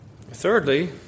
Thirdly